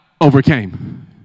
overcame